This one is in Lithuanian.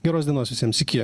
geros dienos visiems iki